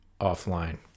offline